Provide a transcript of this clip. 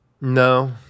No